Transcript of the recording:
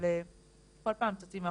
אבל כל פעם צצים דברים חדשים,